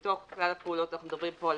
מתוך כלל הפעולות אנחנו מדברים פה על